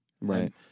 Right